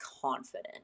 confident